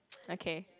okay